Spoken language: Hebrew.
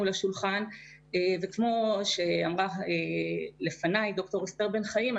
לשולחן וכמו שאמרה לפני דוקטור אסתר בן חיים,